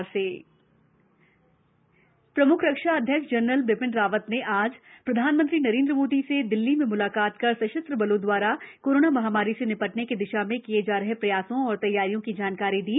PM CDS प्रमुख रक्षा अध्यक्ष जनरल बिपिन रावत ने आज प्रधानमंत्री नरेंद्र मोदी से दिल्ली में म्लाकात कर सशस्त्र बलों दवारा कोरोना महामारी से निपटने की दिशा में किये जा रहे प्रयासों और तैयारियों की जानकारी दी